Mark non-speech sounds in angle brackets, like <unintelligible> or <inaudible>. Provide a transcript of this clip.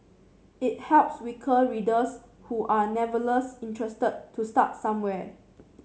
it helps weaker readers who are <unintelligible> interested to start somewhere